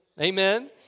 Amen